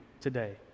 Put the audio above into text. today